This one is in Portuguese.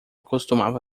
costumava